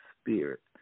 spirit